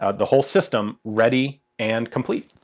ah the whole system ready and complete.